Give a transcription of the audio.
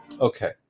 Okay